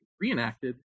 reenacted